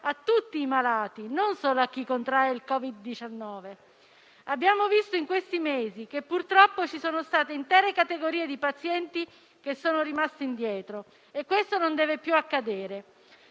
a tutti i malati, non solo a chi contrae il Covid-19. Abbiamo visto in questi mesi che purtroppo ci sono state intere categorie di pazienti che sono rimaste indietro e questo non deve più accadere.